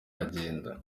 aragenda